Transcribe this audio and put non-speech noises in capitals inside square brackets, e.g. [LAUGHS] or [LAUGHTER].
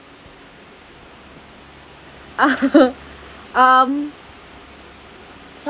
uh [LAUGHS] um